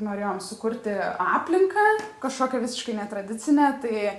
norėjom sukurti aplinką kažkokią visiškai netradicinę tai